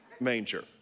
manger